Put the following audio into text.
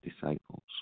disciples